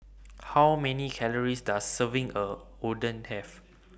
How Many Calories Does A Serving of Oden Have